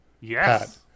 yes